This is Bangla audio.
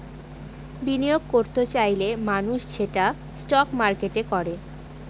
বিনিয়োগ করত চাইলে মানুষ সেটা স্টক মার্কেটে করে